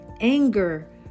anger